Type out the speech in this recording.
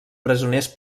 presoners